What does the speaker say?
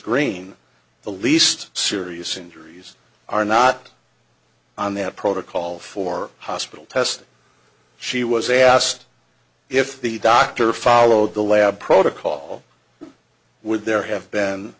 green the least serious injuries are not on that protocol for hospital testing she was asked if the doctor followed the lab protocol would there have